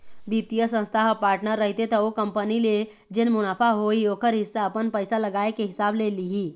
बित्तीय संस्था ह पार्टनर रहिथे त ओ कंपनी ले जेन मुनाफा होही ओखर हिस्सा अपन पइसा लगाए के हिसाब ले लिही